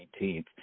19th